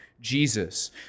Jesus